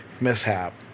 mishap